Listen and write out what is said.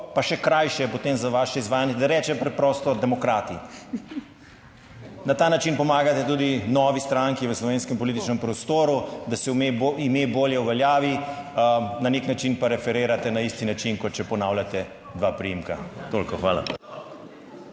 pa še krajše potem za vaše izvajanje, da rečem preprosto, demokrati. Na ta način pomagate tudi novi stranki v slovenskem političnem prostoru, da se ime bolje uveljavi, na nek način pa referirate na isti način, kot če ponavljate dva priimka. Toliko. Hvala.